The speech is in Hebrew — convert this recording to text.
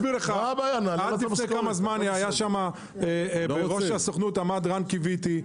עד לפני כמה זמן עמד בראש הסוכנות רן קיוויתי,